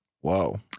Whoa